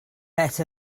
het